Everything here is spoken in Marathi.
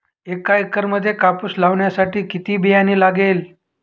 एका एकरामध्ये कापूस लावण्यासाठी किती बियाणे लागेल?